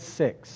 six